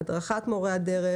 הדרכת מורי הדרך.